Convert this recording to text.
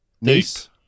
Nice